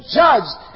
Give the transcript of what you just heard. judged